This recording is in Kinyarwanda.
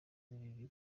z’ibibi